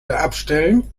abstellen